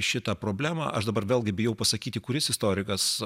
šitą problemą aš dabar vėlgi bijau pasakyti kuris istorikas